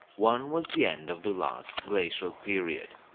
one was the end of the last glacial period.